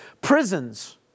Prisons